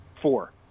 Four